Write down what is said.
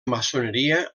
maçoneria